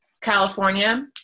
California